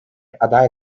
aday